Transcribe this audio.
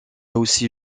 aussi